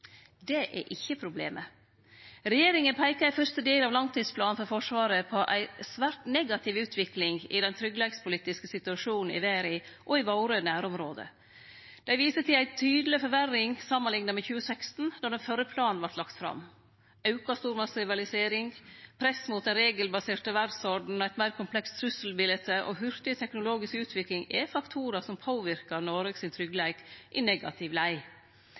Det er ikkje problemet. Regjeringa peiker i den fyrste delen av langtidsplanen for Forsvaret på ei svært negativ utvikling i den tryggleikspolitiske situasjonen i verda og i våre nærområde. Dei viser til ei tydeleg forverring samanlikna med 2016, då den førre langtidsplanen vart lagd fram. Auka stormaktsrivalisering, press mot den regelbaserte verdsordenen, eit meir komplekst trusselbilete og hurtig teknologisk utvikling er faktorar som påverkar tryggleiken til Noreg i negativ lei.